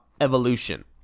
evolution